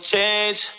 Change